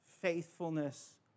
faithfulness